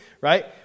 right